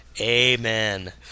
Amen